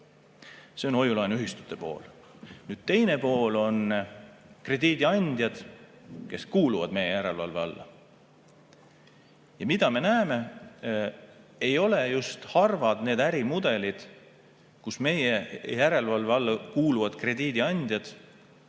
See on hoiu-laenuühistute pool. Teine pool on krediidiandjad, kes kuuluvad meie järelevalve alla. Mida me näeme? Ei ole just harvad need ärimudelid, kus meie järelevalve alla kuuluvad krediidiandjad